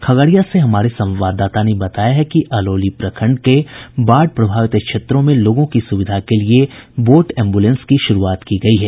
खगड़िया से हमारे संवाददाता ने बताया है कि अलौली प्रखंड बाढ़ प्रभावित क्षेत्रों में लोगों की सुविधा के लिए वोट एम्बुलेंस की शुरूआत की गयी है